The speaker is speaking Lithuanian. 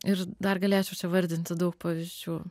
ir dar galėčiau čia vardinti daug pavyzdžių